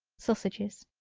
sausages.